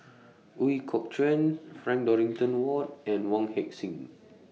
Ooi Kok Chuen Frank Dorrington Ward and Wong Heck Sing